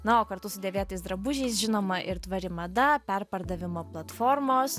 na o kartu su dėvėtais drabužiais žinoma ir tvari mada perpardavimo platformos